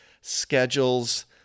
schedules